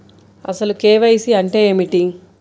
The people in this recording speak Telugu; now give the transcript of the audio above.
అసలు కే.వై.సి అంటే ఏమిటి?